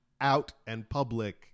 out-and-public